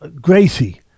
Gracie